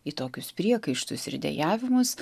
į tokius priekaištus ir dejavimus